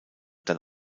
dann